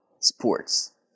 sports